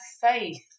faith